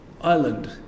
island